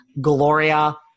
Gloria